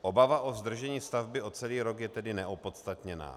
Obava o zdržení stavby o celý rok je tedy neopodstatněná.